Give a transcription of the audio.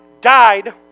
died